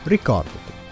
Ricordati